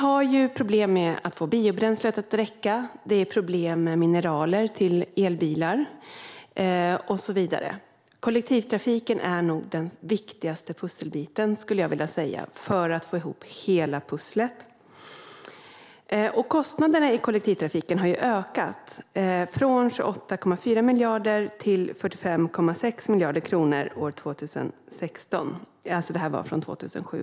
Det är problem med att få biobränslet att räcka, problem med mineraler till elbilar och så vidare. Kollektivtrafiken är nog den viktigaste pusselbiten, skulle jag vilja säga, för att få ihop hela pusslet. Kostnaderna i kollektivtrafiken har ökat från 28,4 miljarder kronor år 2007 till 45,6 miljarder kronor år 2016.